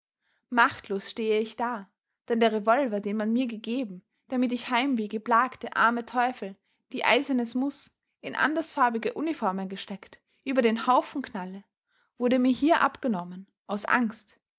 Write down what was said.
machtlos stehe ich da denn der revolver den man mir gegeben damit ich heimwehgeplagte arme teufel die eisernes muß in andersfarbige uniformen gesteckt über den haufen knalle wurde mir hier abgenommen aus angst